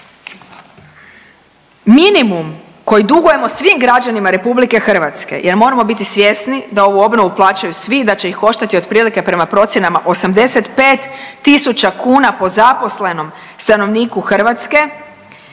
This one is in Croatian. Minimum koji dugujemo svim građanima RH, jer moramo biti svjesni da ovu obnovu plaćaju svi, da će ih koštati otprilike prema procjenama 85 tisuća kuna po zaposlenom stanovniku Hrvatske,